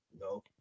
No